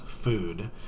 food